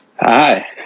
Hi